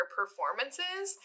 performances